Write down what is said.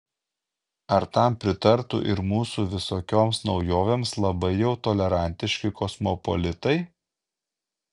ar tam pritartų ir mūsų visokioms naujovėms labai jau tolerantiški kosmopolitai